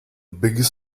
biggest